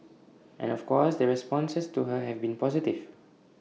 and of course the responses to her have been positive